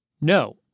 No